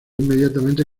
inmediatamente